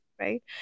right